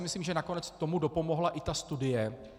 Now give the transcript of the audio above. Myslím si, že nakonec tomu dopomohla i ta studie.